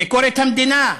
ביקורת המדינה,